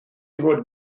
fod